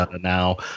now